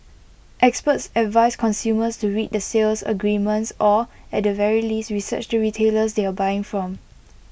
experts advise consumers to read the sales agreements or at the very least research the retailers they are buying from